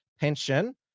pension